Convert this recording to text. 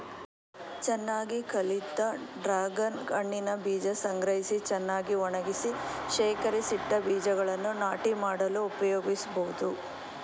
ಚೆನ್ನಾಗಿ ಕಳಿತ ಡ್ರಾಗನ್ ಹಣ್ಣಿನ ಬೀಜ ಸಂಗ್ರಹಿಸಿ ಚೆನ್ನಾಗಿ ಒಣಗಿಸಿ ಶೇಖರಿಸಿಟ್ಟ ಬೀಜಗಳನ್ನು ನಾಟಿ ಮಾಡಲು ಉಪಯೋಗಿಸ್ಬೋದು